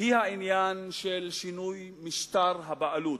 היא העניין של שינוי משטר הבעלות.